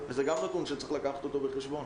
וזה גם נתון שצריך לקחת אותו בחשבון.